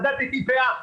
מדדתי פאה,